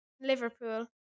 Liverpool